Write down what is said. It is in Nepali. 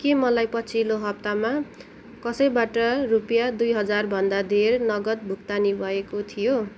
के मलाई पछिल्लो हप्तामा कसैबाट रुपियाँ दुई हाजरभन्दा धेर नगद भुक्तानी भएको थियो